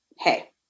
Hey